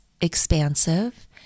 expansive